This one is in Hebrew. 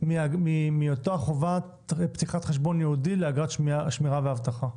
מאותה חובת פתיחת חשבון ייעודי לאגרת שמירה ואבטחה.